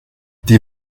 die